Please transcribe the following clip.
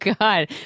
God